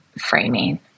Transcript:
framing